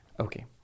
Okay